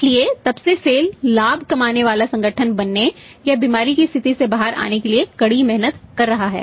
इसलिए तब से सेल लाभ कमाने वाला संगठन बनने या बीमारी की स्थिति से बाहर आने के लिए कड़ी मेहनत कर रहा है